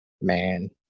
man